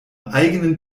eigenen